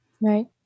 right